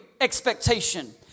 expectation